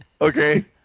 Okay